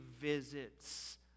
visits